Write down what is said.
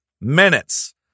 minutes